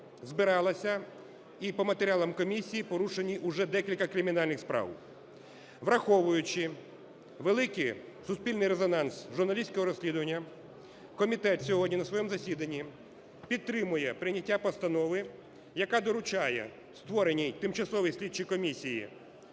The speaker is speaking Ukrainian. збиралася, і по матеріалах комісії порушені уже декілька кримінальних справ. Враховуючи великий суспільний резонанс журналістського розслідування, комітет сьогодні на своєму засіданні підтримує прийняття постанови, яка доручає створеній Тимчасовій слідчій комісії,